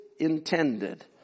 intended